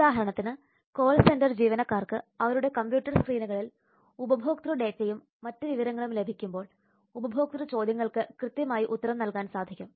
ഉദാഹരണത്തിന് call centre ജീവനക്കാർക്ക് അവരുടെ കമ്പ്യൂട്ടർ സ്ക്രീനുകളിൽ ഉപഭോക്ത ഡേറ്റയും മറ്റു വിവരങ്ങളും ലഭിക്കുമ്പോൾ ഉപഭോക്തൃ ചോദ്യങ്ങൾക്ക് കൃത്യമായി ഉത്തരം നൽകാൻ സാധിക്കും